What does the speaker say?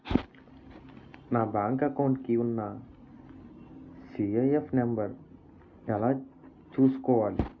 నా bank account కి ఉన్న సి.ఐ.ఎఫ్ నంబర్ ఎలా చూసుకోవాలి?